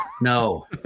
no